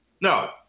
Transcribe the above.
No